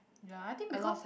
ya I think because